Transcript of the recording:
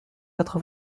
quatre